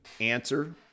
answer